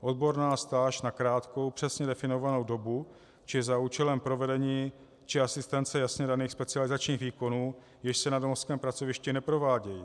Odborná stáž na krátkou, přesně definovanou dobu či za účelem provedení či asistence jasně daných specializačních výkonů, jež se na domovském pracovišti neprovádějí.